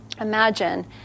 imagine